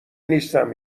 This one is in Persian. نیستم